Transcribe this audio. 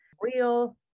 real